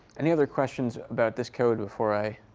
any other questions about this code before i